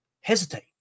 hesitate